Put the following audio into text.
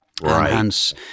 Right